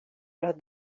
los